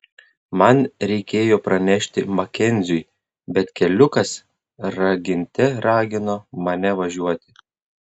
man reikėjo pranešti makenziui bet keliukas raginte ragino mane važiuoti